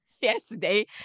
yesterday